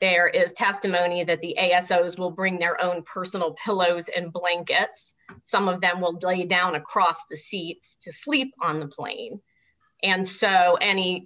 there is testimony that the a f those will bring their own personal pillows and blankets some of that will die down across the seat to sleep on the plane and so any